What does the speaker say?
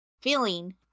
feeling